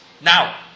now